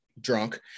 drunk